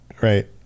right